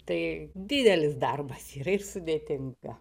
tai didelis darbas yra ir sudėtinga